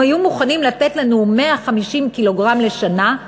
הם היו מוכנים לתת לנו 150 קילוגרם לשנה,